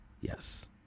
yes